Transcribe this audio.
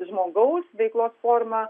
žmogaus veiklos forma